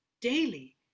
daily